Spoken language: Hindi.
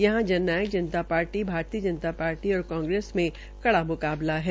यहां Jannayak Janta Party Bharatiya Janata Party और कांग्रेस में कड़ा म्काबला है